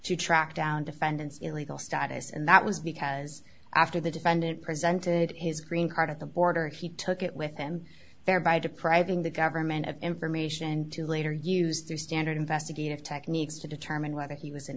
to track down defendants illegal status and that was because after the defendant presented his green card at the border he took it with him thereby depriving the government of information to later used to standard investigative techniques to determine whether he was an